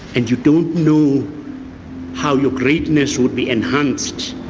and you don't know how your greatness would be enhanced